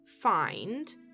find